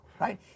right